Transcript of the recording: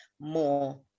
more